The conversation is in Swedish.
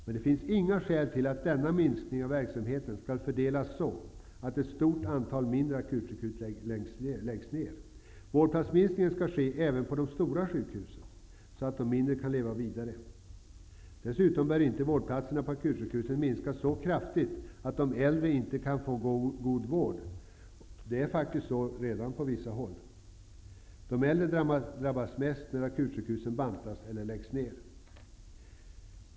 Men det finns inga skäl till att denna minskning av verksamheten skall fördelas så, att ett stort antal mindre akutsjukhus läggs ner. Minskningen av antalet vårdplatser skall ske även på de stora sjukhusen för att de mindre skall kunna leva vidare. Dessutom bör inte antalet vårdplatser på akutsjukhusen minskas så kraftigt att de äldre inte kan få en god vård. Det är faktiskt redan så på vissa håll. De äldre drabbas mest när akutsjukhusens verksamhet bantas eller läggs ner.